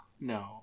No